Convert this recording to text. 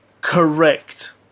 correct